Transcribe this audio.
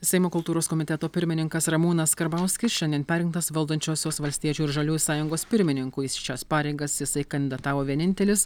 seimo kultūros komiteto pirmininkas ramūnas karbauskis šiandien perrinktas valdančiosios valstiečių ir žaliųjų sąjungos pirmininku į šias pareigas jisai kandidatavo vienintelis